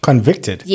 Convicted